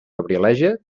abrileja